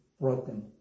broken